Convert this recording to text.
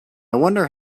wonder